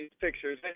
pictures